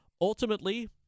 Ultimately